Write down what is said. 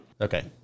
Okay